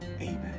Amen